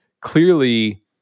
clearly